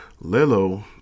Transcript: Lilo